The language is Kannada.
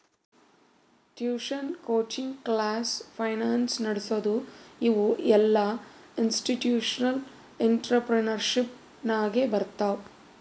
ಟ್ಯೂಷನ್, ಕೋಚಿಂಗ್ ಕ್ಲಾಸ್, ಫೈನಾನ್ಸ್ ನಡಸದು ಇವು ಎಲ್ಲಾಇನ್ಸ್ಟಿಟ್ಯೂಷನಲ್ ಇಂಟ್ರಪ್ರಿನರ್ಶಿಪ್ ನಾಗೆ ಬರ್ತಾವ್